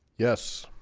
yes,